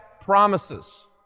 promises